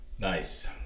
Nice